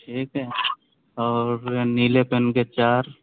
ٹھیک ہے اور نیلے پین کے چار